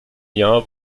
jahr